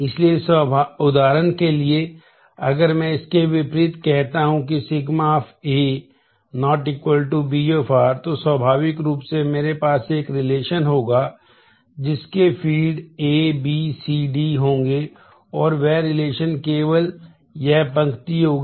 इसलिए उदाहरण के लिए अगर मैं इसके विपरीत कहता हूं कि सिगमा ऑफ ए केवल यह पंक्ति होगी